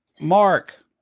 Mark